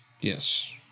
Yes